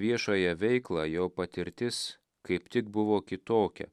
viešąją veiklą jo patirtis kaip tik buvo kitokia